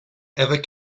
ever